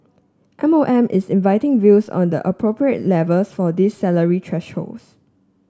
M O M is inviting views on the appropriate levels for these salary thresholds